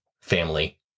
family